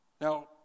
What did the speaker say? Now